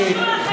לג'ובים, יש כסף.